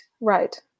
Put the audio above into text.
right